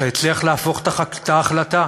שהצליח להפוך את ההחלטה.